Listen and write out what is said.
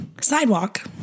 sidewalk